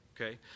Okay